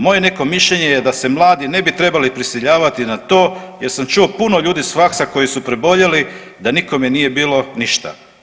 Moje neko mišljenje je da se mladi ne bi trebali prisiljavati na to jer sam čuo puno ljudi s faksa koji su preboljeli, da nikome nije bilo ništa.